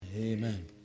Amen